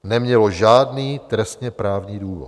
Nemělo žádný trestněprávní důvod!